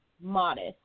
modest